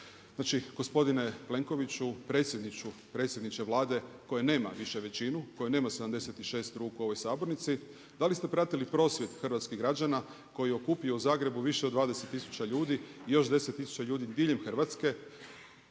Znači gospodine Plenkoviću, predsjedniče Vlade, koji nema više većinu, koji nema 76 ruku u ovoj sabornici, da li ste pratili prosvjed hrvatskih građana koji okupio u Zagrebu više od 20 tisuća ljudi i još 10 tisuća ljudi diljem Hrvatske.